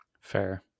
Fair